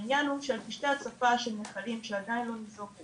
העניין הוא שאלה פשטי הצפה של נחלים שעדיין לא ניזוקו